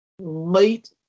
Late